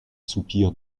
soupir